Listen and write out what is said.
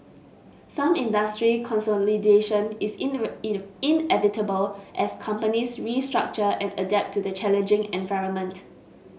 some industry consolidation is inevitable as companies restructure and adapt to the challenging environment